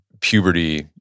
puberty